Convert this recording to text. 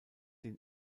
den